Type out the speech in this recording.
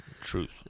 truth